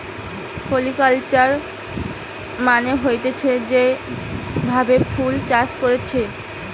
floriculture মানে হতিছে যেই ভাবে ফুল চাষ করে